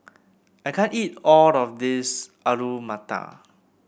I can't eat all of this Alu Matar